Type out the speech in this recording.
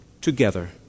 together